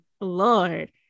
Lord